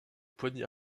poignées